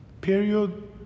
period